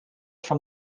from